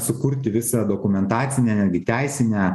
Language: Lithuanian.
sukurti visą dokumentaciją netgi teisinę